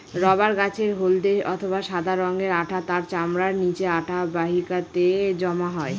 rubber গাছের হল্দে অথবা সাদা রঙের আঠা তার চামড়ার নিচে আঠা বাহিকাতে জমা হয়